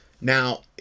Now